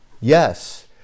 Yes